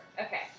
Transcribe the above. Okay